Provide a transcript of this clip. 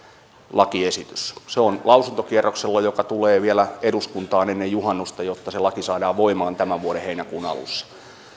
lakiesitys se on lausuntokierroksella ja tulee vielä eduskuntaan ennen juhannusta jotta se laki saadaan voimaan tämän vuoden heinäkuun alussa